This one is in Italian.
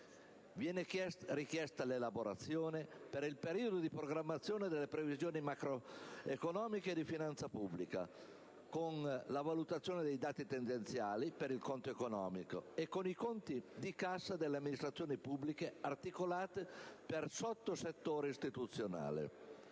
viene richiesta l'elaborazione per il periodo di programmazione delle previsioni macroeconomiche di finanza pubblica, con la valutazione dei dati tendenziali per il conto economico e con i conti di cassa delle amministrazioni pubbliche, articolate per sottosettore istituzionale.